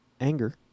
anger